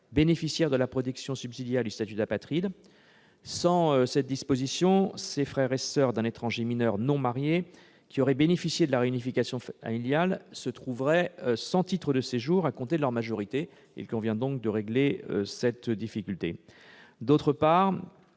bénéficiaires de la protection subsidiaire et du statut d'apatride. Sans cette disposition, les frères et soeurs d'un étranger mineur non marié qui auraient bénéficié de la réunification familiale se trouveraient sans titre de séjour à compter de leur majorité. Il convient de régler cette difficulté. D'autre part,